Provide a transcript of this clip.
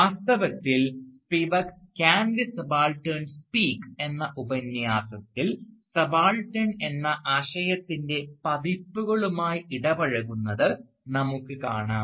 വാസ്തവത്തിൽ Spivak "can the subaltern speak" Can the Subaltern Speak എന്ന ഉപന്യാസത്തിൽ സബാൾട്ടൻ എന്ന ആശയത്തിൻറെ പതിപ്പുകളുമായി ഇടപഴകുന്നത് നമുക്ക് കാണാം